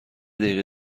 دقیقه